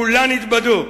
כולן התבדו.